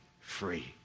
free